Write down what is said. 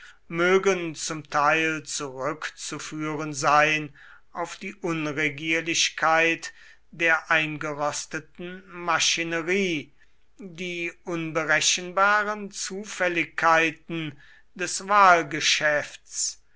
mögen zum teil zurückzuführen sein auf die unregierlichkeit der eingerosteten maschinerie die unberechenbaren zufälligkeiten des wahlgeschäfts